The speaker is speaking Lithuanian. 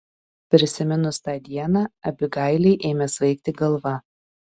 prisiminus tą dieną abigailei ėmė svaigti galva